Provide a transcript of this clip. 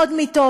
נכון,